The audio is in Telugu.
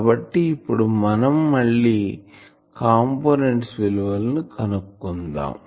కాబట్టి ఇప్పుడు మనం మళ్ళి కాంపోనెంట్స్ విలువలను కనుక్కుందాం